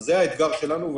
זה האתגר שלנו.